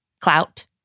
clout